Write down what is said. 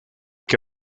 que